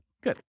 Good